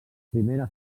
primera